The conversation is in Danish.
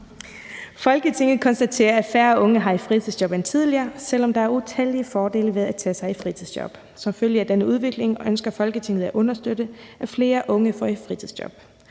»Folketinget konstaterer, at færre unge har et fritidsjob end tidligere, selv om der er utallige fordele ved at tage sig et fritidsjob. Som følge af denne udvikling ønsker Folketinget at understøtte, at flere unge får et fritidsjob.